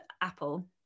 Apple